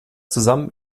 zusammen